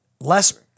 less